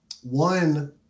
one